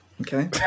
Okay